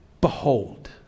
Behold